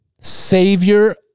savior